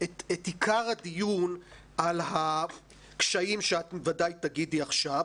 את עיקר הדיון על הקשיים שאת ודאי תגידי עכשיו.